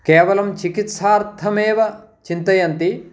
केवलं चिकित्सार्थमेव चिन्तयन्ति